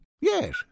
Yes